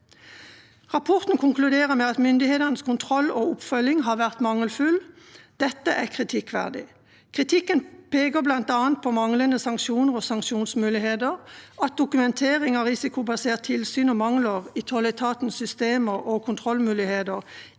Rapporten konkluderer med at myndighetenes kontroll og oppfølging har vært mangelfull. Dette er kritikkverdig. Kritikken peker bl.a. på manglende sanksjoner og sanksjonsmuligheter, at dokumentering av risikobasert tilsyn mangler, og at tolletatens systemer og kontrollmuligheter